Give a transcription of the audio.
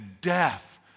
death